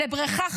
לבריכה חדשה,